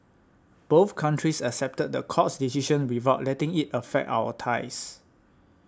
both countries accepted the court's decision without letting it affect our ties